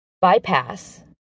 bypass